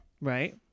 Right